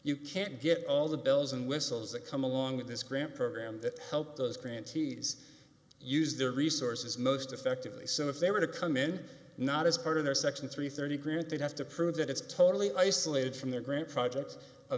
you can't get all the bells and whistles that come along with this grant program that help those grantees use their resources most effectively so if they were to come in not as part of their section three thirty grand they'd have to prove that it's totally isolated from their grant project a